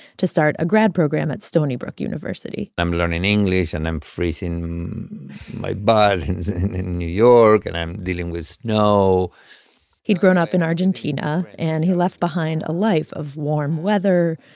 to start a grad program at stony brook university i'm learning english. and i'm freezing my butt in new york. and i'm dealing with snow he'd grown up in argentina, and he left behind a life of warm weather,